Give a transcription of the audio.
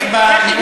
חברי,